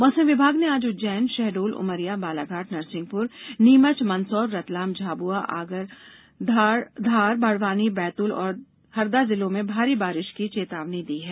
मौसम विभाग ने आज उज्जैन शहडोल उमरिया बालाघाट नरिसंहपुर नीमच मंदसौर रतलाम झाबुआ आगर धार बड़वानी बैतुल और हरदा जिलों में भारी बारिष की र्चेतावनी दी है